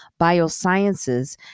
Biosciences